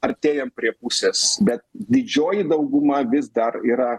artėjam prie pusės bet didžioji dauguma vis dar yra